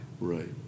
Right